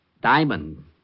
Diamond